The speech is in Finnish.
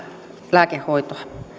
lääkehoitoa